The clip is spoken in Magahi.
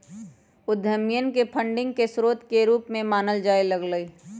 उद्यमियन के फंडिंग के स्रोत के रूप में मानल जाय लग लय